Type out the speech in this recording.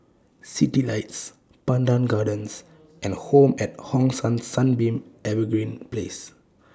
Citylights Pandan Gardens and Home At Hong San Sunbeam Evergreen Place